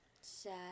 Sad